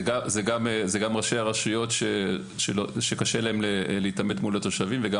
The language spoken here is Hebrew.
זה גם ראשי הרשויות שקשה להם להתעמת מול התושבים וגם